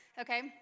okay